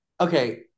Okay